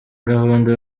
gahunda